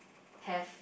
have